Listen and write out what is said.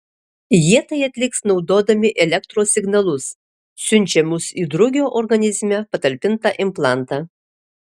jie tai atliks naudodami elektros signalus siunčiamus į drugio organizme patalpintą implantą